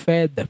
Fed